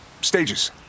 stages